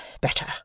better